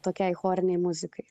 tokiai chorinei muzikai